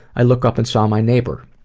i looked up and saw my neighbor.